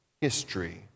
history